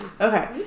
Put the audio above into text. Okay